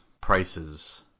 prices